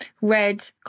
red